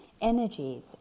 energies